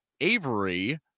avery